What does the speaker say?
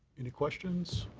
any questions?